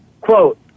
Quote